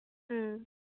ꯎꯝ